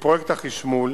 מפרויקט החשמול